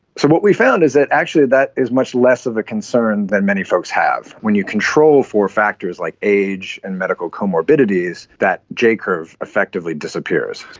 so what we found is that actually that is much less of a concern than many folks have. when you control for factors like age and medical comorbidities, that j-curve effectively disappears.